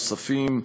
נוספים,